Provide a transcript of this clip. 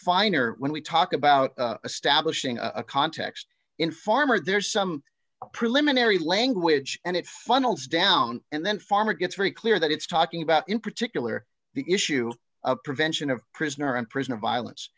finer when we talk about establishing a context in farmer there's some preliminary language and it funnels down and then farmer gets very clear that it's talking about in particular the issue of prevention of prisoner and prisoner violence